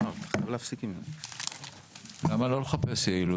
נאור, למה לא לחפש יעילות?